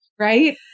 Right